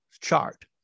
chart